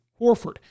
Horford